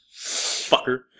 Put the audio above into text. Fucker